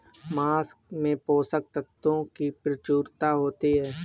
माँस में पोषक तत्त्वों की प्रचूरता होती है